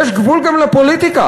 יש גבול גם לפוליטיקה,